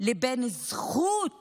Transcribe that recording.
לבין זכות